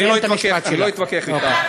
תגיד את המשפט, אני לא אתווכח אתה.